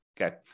okay